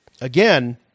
again